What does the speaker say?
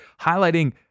highlighting